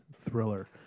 thriller